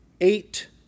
eight